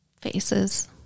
Faces